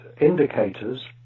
indicators